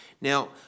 Now